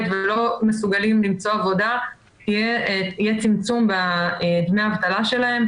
ולא מסוגלים למצוא עבודה שיהיה צמצום בדמי האבטלה שלהם.